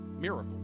miracle